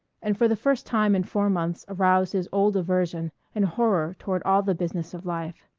and for the first time in four months aroused his old aversion and horror toward all the business of life.